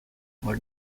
over